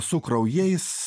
su kraujais